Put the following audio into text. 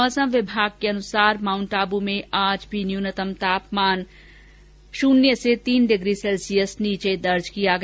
मौसम विभाग के अनुसार माउंट आबू में आज भी न्यूनतम तापमान माइनस तीन डिग्री सैल्सियस दर्ज किया गया